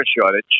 shortage